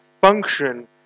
function